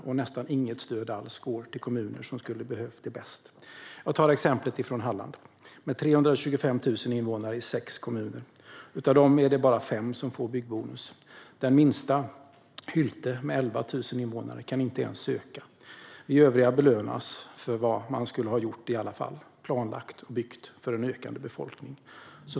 Det går nästan inget stöd alls till kommuner som skulle behöva det bäst. Jag tar ett exempel från Halland, med 325 000 invånare i sex kommuner. Av dessa kommuner är det bara fem som får byggbonus. Den minsta - Hylte, med 11 000 invånare - kan inte ens söka. Vi övriga belönas för vad man skulle ha gjort i alla fall: planlagt och byggt för en ökande befolkning.